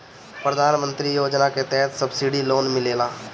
प्रधान मंत्री योजना के तहत सब्सिडी लोन मिलेला